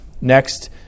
Next